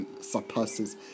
surpasses